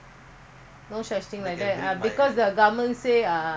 என்னாது:ennathu uh